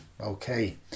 Okay